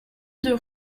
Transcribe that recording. deux